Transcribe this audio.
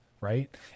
right